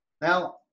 Now